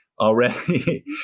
already